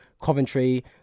Coventry